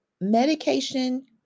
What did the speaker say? Medication